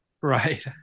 Right